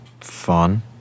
fun